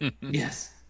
Yes